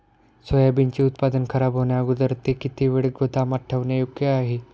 सोयाबीनचे उत्पादन खराब होण्याअगोदर ते किती वेळ गोदामात ठेवणे योग्य आहे?